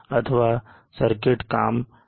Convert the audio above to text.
अथवा सर्किट काम नहीं करेगी